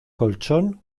colchón